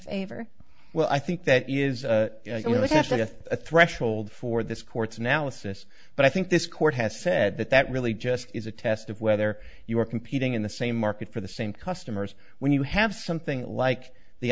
favor well i think that is actually a threshold for this court's analysis but i think this court has said that that really just is a test of whether you are competing in the same market for the same customers when you have something like the